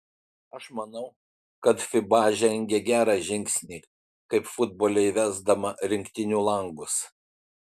aš manau kad fiba žengė gerą žingsnį kaip futbole įvesdama rinktinių langus